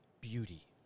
beauty